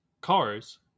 Cars